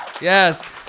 yes